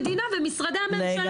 אני רוצה לדרוש מהמדינה וממשרדי הממשלה,